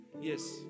Yes